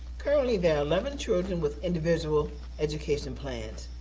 currently there are eleven children with individual education plans,